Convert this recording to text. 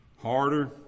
Harder